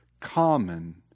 common